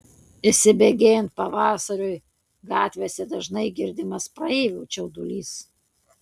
įsibėgėjant pavasariui gatvėse dažnai girdimas praeivių čiaudulys